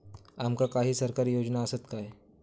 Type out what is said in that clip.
आमका काही सरकारी योजना आसत काय?